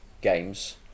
games